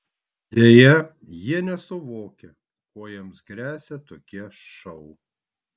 deja jie nesuvokia kuo jiems gresia tokie šou